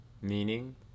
Meaning